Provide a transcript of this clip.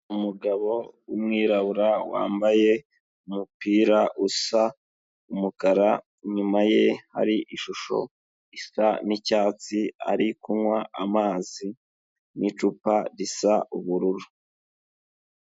Umugabo w'umwirabura wambaye umupira usa umukara inyuma ye hari ishusho isa n'icyatsi, ari kunywa amazi n'icupa risa ubururu.